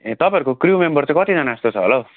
ए तपाईँहरूको crew member चाहिँ कतिजना जस्तो छ होला हौ